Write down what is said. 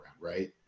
right